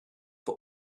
for